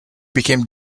became